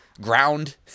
ground